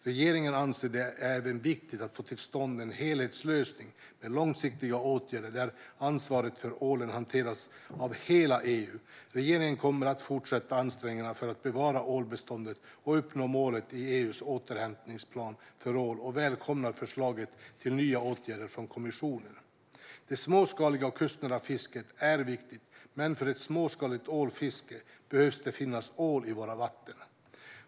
Regeringen anser det även vara viktigt att få till stånd en helhetslösning med långsiktiga åtgärder, där ansvaret för ålen hanteras av hela EU. Regeringen kommer att fortsätta ansträngningarna för att bevara ålbeståndet och uppnå målen i EU:s återhämtningsplan för ål och välkomnar förslag till nya åtgärder från kommissionen. Det småskaliga och kustnära fisket är viktigt. Men för ett småskaligt ålfiske behöver det finnas ål i våra vatten.